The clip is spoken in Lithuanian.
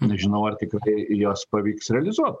nežinau ar tikrai jas pavyks realizuot